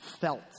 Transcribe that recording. felt